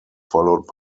followed